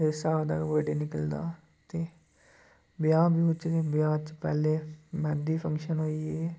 एह् स्हाब दा बडे निकलदा ते ब्याह् ब्यूह् च ब्याह् बिच्च पैह्ले मैंह्दी फंक्शन होई गे